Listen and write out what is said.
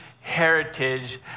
heritage